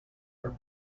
are